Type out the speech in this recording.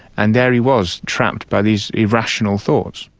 and there he was, trapped by these irrational thoughts.